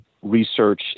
research